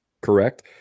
correct